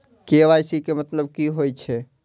KYC के मतलब कि होई छै?